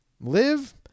Live